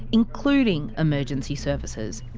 including emergency services.